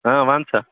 إں وَنسا